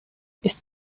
ist